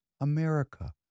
America